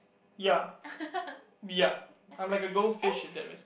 and